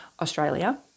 Australia